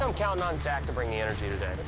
i'm counting on zac to bring the energy today. let's